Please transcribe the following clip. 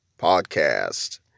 podcast